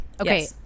Okay